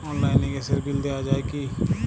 অনলাইনে গ্যাসের বিল দেওয়া যায় কি?